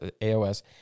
A-O-S